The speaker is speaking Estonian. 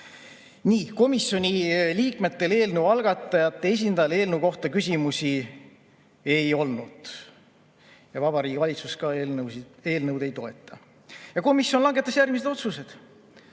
üle. Komisjoni liikmetel eelnõu algatajate esindajale eelnõu kohta küsimusi ei olnud. Vabariigi Valitsus eelnõu ei toeta. Komisjon langetas järgmised otsused.